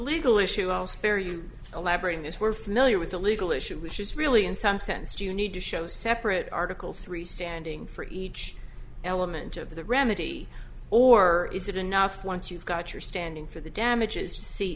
legal issue i'll spare you elaborate on this we're familiar with the legal issue which is really in some sense do you need to show separate article three standing for each element of the remedy or is it enough once you've got your standing for the damages